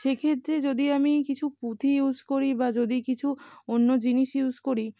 সেক্ষেত্রে যদি আমি কিছু পুঁতি ইউজ করি বা যদি কিছু অন্য জিনিস ইউজ করি